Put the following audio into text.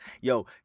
yo